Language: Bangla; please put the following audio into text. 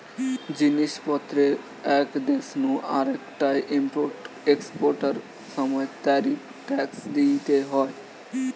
জিনিস পত্রের এক দেশ নু আরেকটায় ইম্পোর্ট এক্সপোর্টার সময় ট্যারিফ ট্যাক্স দিইতে হয়